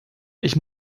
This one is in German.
ich